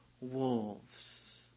wolves